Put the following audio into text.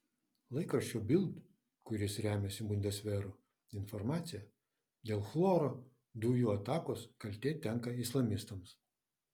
laikraščio bild kuris remiasi bundesveru informacija dėl chloro dujų atakos kaltė tenka islamistams